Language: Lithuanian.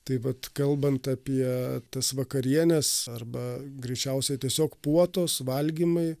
tai vat kalbant apie tas vakarienes arba greičiausiai tiesiog puotos valgymai